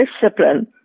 discipline